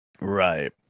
right